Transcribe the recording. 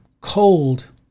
cold